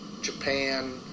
Japan